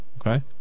Okay